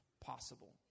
possible